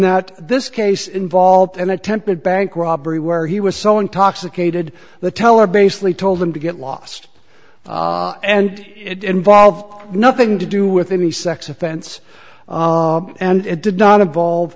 that this case involved an attempted bank robbery where he was so intoxicated the teller basically told him to get lost and it involved nothing to do with any sex offense and it did not involve